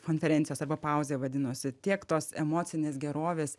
konferencijos arba pauzė vadinosi tiek tos emocinės gerovės